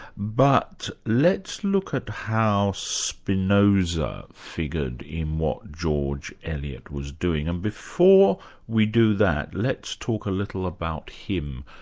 but let's look at how spinoza figured in what george eliot was doing. and before we do that, let's talk a little about him.